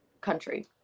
country